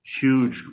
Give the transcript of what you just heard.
huge